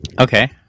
Okay